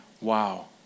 wow